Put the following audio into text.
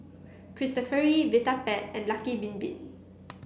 Cristofori Vitapet and Lucky Bin Bin